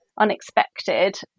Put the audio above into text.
unexpected